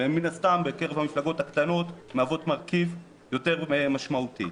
ומן הסתם המפלגות הקטנות מהוות מרכיב יותר משמעותי.